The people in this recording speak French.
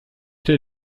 tes